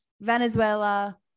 Venezuela